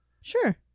Sure